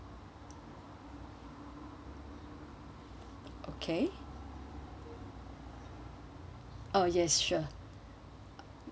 okay uh yes sure